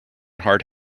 hard